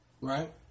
right